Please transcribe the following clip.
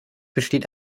besteht